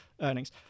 earnings